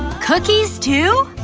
cookies too?